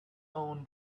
own